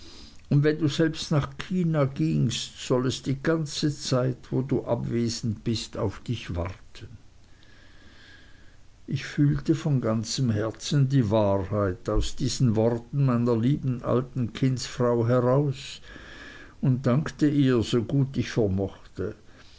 und wenn du selbst nach china gingst soll es die ganze zeit wo du abwesend bist auf dich warten ich fühlte von ganzem herzen die wahrheit aus diesen worten meiner lieben alten kindsfrau heraus und dankte ihr so gut ich vermochte